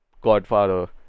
Godfather